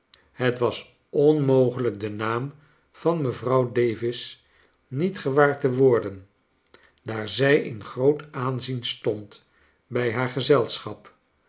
het was onmogelijk den naam van mevrouw davis niet gewaar te worden daar zij in groot aanzien stond bij haar gezelschap